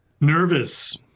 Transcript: Nervous